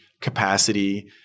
capacity